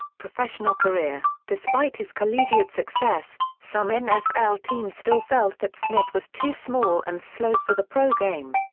professional career despite his collegiate success, some nfl teams still felt that smith was too small and slow for the pro game.